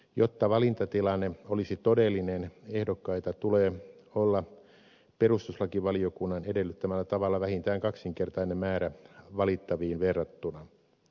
jotta valintatilanne olisi todellinen ehdokkaita tulee olla perustuslakivaliokunnan edellyttämällä tavalla vähintään kaksinkertainen määrä valittaviin verrattuna